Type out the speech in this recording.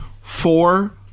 four